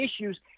issues